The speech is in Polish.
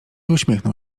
uśmiechnął